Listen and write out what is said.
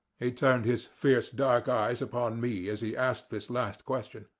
he turned his fierce dark eyes upon me as he asked this last question.